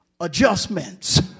adjustments